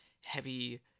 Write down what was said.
heavy